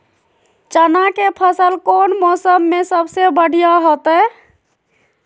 चना के फसल कौन मौसम में सबसे बढ़िया होतय?